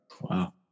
Wow